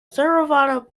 theravada